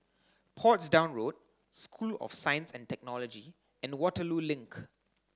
Portsdown Road School of Science and Technology and Waterloo Link